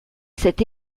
cet